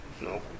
No